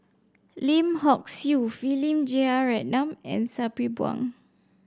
Lim Hock Siew Philip Jeyaretnam and Sabri Buang